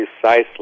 precisely